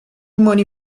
money